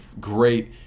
great